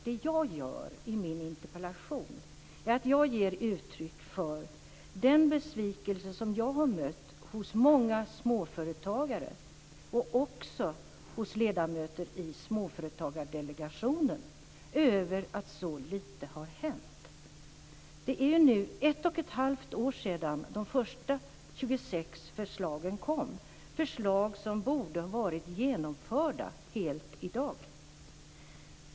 Det jag gör i min interpellation är att ge uttryck för den besvikelse som jag har mött hos många småföretagare och också hos ledamöter i Småföretagsdelegationen över att så lite har hänt. Det är nu ett och ett halvt år sedan de första 26 förslagen kom - förslag som borde ha varit helt genomförda i dag.